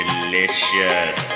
Delicious